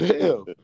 hell